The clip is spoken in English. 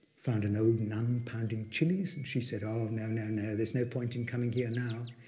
found an old nun pounding chilies, and she said, oh, ah no, no, no, there's no point in coming here now.